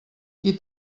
qui